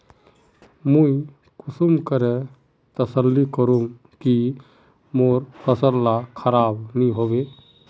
मुई कुंसम करे तसल्ली करूम की मोर फसल ला खराब नी होबे?